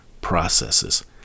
processes